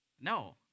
No